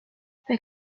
fue